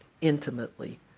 intimately